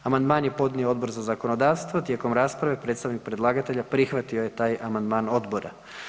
Amandman je podnio Odbor za zakonodavstvo, tijekom rasprave, predstavnik predlagatelja prihvatio je taj amandman odbora.